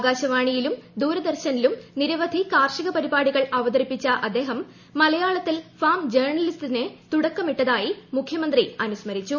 ആകാശവാണിയിലും ദൂരദർശനിലും നിരവധി കാർഷിക പരിപാടികൾ അവതരിപ്പിച്ച അദ്ദേഹം മലയാളത്തിൽ ഫാം ജേണലിസത്തിനു തുടക്കമിട്ടതായും മുഖ്യമന്ത്രി അനുസ്മരിച്ചു